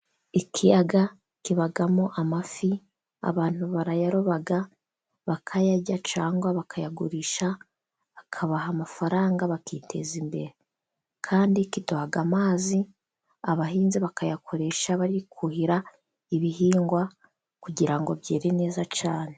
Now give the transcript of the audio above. Ikiyaga kibamo amafi, abantu barayaroba, bakayarya cyangwa bakayagurisha, bakabaha amafaranga, bakiteza imbere. Kandi kiduha amazi, abahinzi bakayakoresha bari kuhira ibihingwa, kugira ngo byere neza cyane.